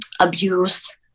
Abuse